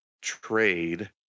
trade